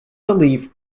believe